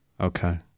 Okay